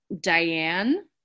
Diane